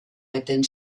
eten